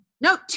No